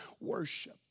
worship